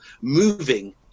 moving